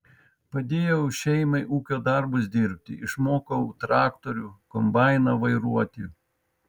padėjau šeimai ūkio darbus dirbti išmokau traktorių kombainą vairuoti